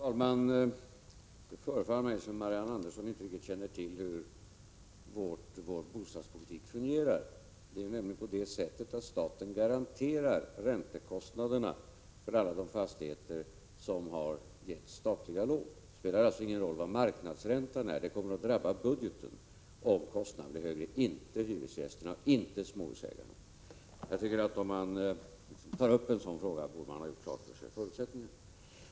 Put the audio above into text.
Fru talman! Det förefaller mig som om Marianne Andersson inte riktigt känner till hur vår bostadspolitik fungerar. Det är nämligen på det sättet att staten garanterar räntekostnaderna för alla de fastigheter som har getts statliga lån. Det spelar alltså ingen roll vad marknadsräntan är. Kostnaderna kommer att drabba budgeten, inte hyresgästerna och inte småhusägarna. Jag tycker att om man tar upp en sådan här fråga bör man ha gjort klart för sig förutsättningarna.